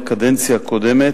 בקדנציה הקודמת,